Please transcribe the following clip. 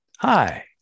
Hi